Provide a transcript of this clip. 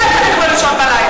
אתה צריך לא לישון בלילה.